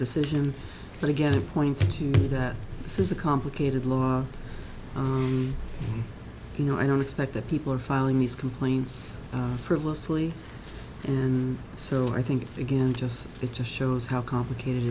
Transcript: decision but again it points to me that this is a complicated law you know i don't expect that people are filing these complaints frivolously and so i think again just it just shows how complicated